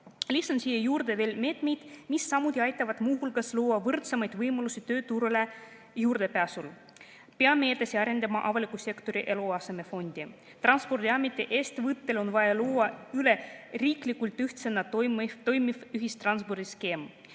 Lisan siia juurde meetmeid, mis samuti aitavad muu hulgas luua võrdsemaid võimalusi tööturule juurdepääsul. Peame edasi arendama avaliku sektori eluasemefondi. Transpordiameti eestvõttel on vaja luua üleriiklikult ühtsena toimiv ühistranspordiskeem.